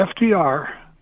FDR